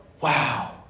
Wow